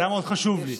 זה היה מאוד חשוב לי.